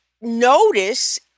notice